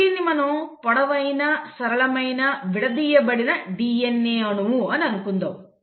ఇప్పుడు దీన్ని మనం పొడవైన సరళమైన విడదీయబడిన DNA అణువు అని అనుకుందాం